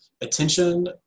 attention